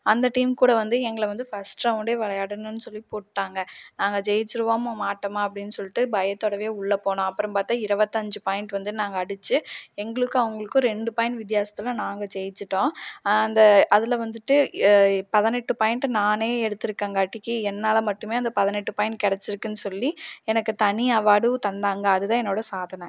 அந்த டீம் கூட வந்து எங்களை வந்து ஃபஸ்ட் ரௌண்டே விளையாடணுன்னு சொல்லி போட்டாங்கள் நாங்கள் ஜெயிச்சிடுவோமா மாட்டாமா அப்படின்னு சொல்லிட்டு பயத்தோடவே உள்ளே போனோம் அப்புறம் பார்த்தா இருபத்தஞ்சி பாயிண்ட் வந்து நாங்கள் அடிச்சு எங்ளுக்கும் அவங்ளுக்கும் ரெண்டு பாயிண்ட் வித்தியாசத்துல நாங்கள் ஜெயிச்சிட்டோம் அந்த அதில் வந்துட்டு பதினெட்டு பாயிண்ட் நானே எடுத்திருக்கங்காட்டிக்கி என்னால் மட்டுமே அந்த பதினெட்டு பாயிண்ட் கிடச்சிருக்குன் சொல்லி எனக்கு தனி அவார்டும் தந்தாங்கள் அதுதான் என்னோடய சாதனை